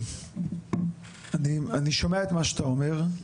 אני שומע את מה שאתה אומר,